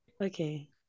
Okay